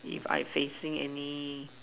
if I facing any